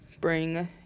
bring